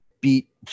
beat